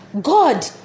God